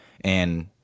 and-